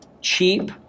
cheap